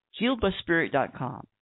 HealedbySpirit.com